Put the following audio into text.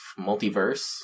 multiverse